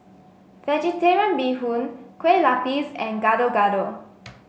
vegetarian Bee Hoon Kueh Lapis and Gado Gado